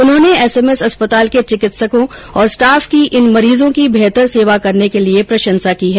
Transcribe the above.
उन्होंने एसएमएस अस्पताल के चिकित्सकों और स्टॉफ की इन मरीजों की बेहतर सेवा करने के लिए प्रशंसा की है